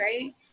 right